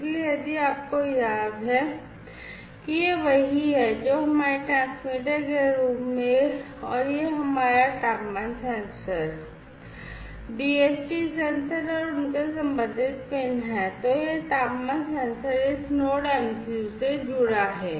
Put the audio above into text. इसलिए यदि आपको याद है कि यह वही है जो हमारे ट्रांसमीटर के रूप में है और यह हमारा तापमान सेंसर DHT सेंसर और उनके संबंधित पिन हैं तो यह तापमान सेंसर इस नोड MCU से जुड़ा है